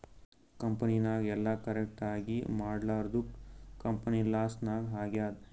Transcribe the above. ಕಂಪನಿನಾಗ್ ಎಲ್ಲ ಕರೆಕ್ಟ್ ಆಗೀ ಮಾಡ್ಲಾರ್ದುಕ್ ಕಂಪನಿ ಲಾಸ್ ನಾಗ್ ಆಗ್ಯಾದ್